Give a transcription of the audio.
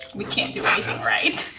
we can't do anything right.